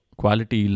quality